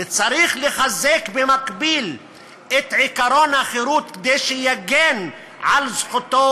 וצריך לחזק במקביל את עקרון החירות כדי שיגן על זכותו